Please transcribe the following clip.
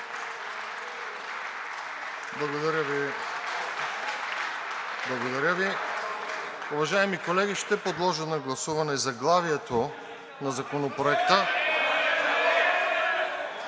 ЖЕЛЯЗКОВ: Благодаря Ви. Уважаеми колеги, ще подложа на гласуване заглавието на Законопроекта.